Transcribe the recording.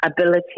ability